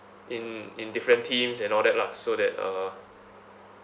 in in different teams and all that lah so that uh